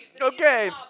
Okay